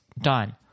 done